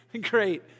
Great